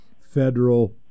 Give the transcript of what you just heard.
federal